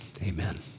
Amen